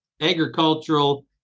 agricultural